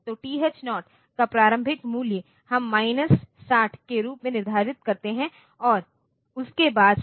तो TH0 का प्रारंभिक मूल्य हम माइनस 60 के रूप में निर्धारित करते हैं और उसके बाद से